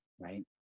right